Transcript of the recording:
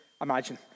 imagine